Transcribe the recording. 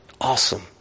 Awesome